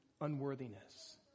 unworthiness